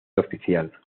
oficial